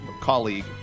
colleague